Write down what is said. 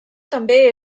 també